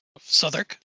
Southwark